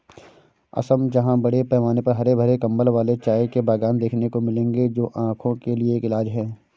असम जहां बड़े पैमाने पर हरे भरे कंबल वाले चाय के बागान देखने को मिलेंगे जो आंखों के लिए एक इलाज है